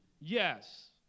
Yes